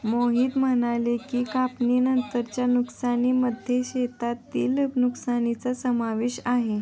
मोहित म्हणाले की, कापणीनंतरच्या नुकसानीमध्ये शेतातील नुकसानीचा समावेश आहे